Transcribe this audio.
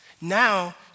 Now